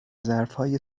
ظرفهای